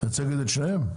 את מייצגת את שניהם?